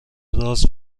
راز